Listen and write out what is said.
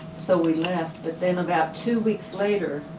so we left, but then about two weeks later,